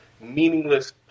meaningless